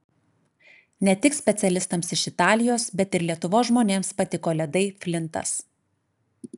ne tik specialistams iš italijos bet ir lietuvos žmonėms patiko ledai flintas